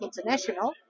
international